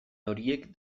horiek